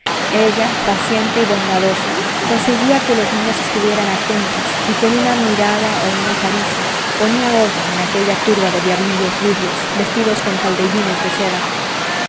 ella paciente y bondadosa conseguía que los niños estuvieran atentos y con una mirada o una caricia ponía orden en aquella turba de diablillos rubios vestidos con faldellines de seda